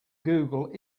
google